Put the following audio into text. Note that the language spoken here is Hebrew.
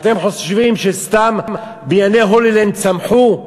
אתם חושבים שסתם בנייני "הולילנד" צמחו?